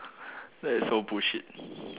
that is so bullshit